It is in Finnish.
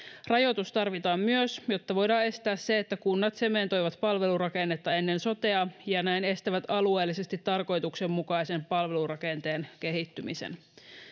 rajoitus tarvitaan myös jotta voidaan estää se että kunnat sementoivat palvelurakennetta ennen sotea ja näin estävät alueellisesti tarkoituksenmukaisen palvelurakenteen kehittymisen